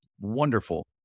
wonderful